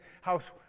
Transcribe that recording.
house